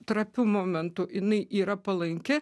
trapiu momentu jinai yra palanki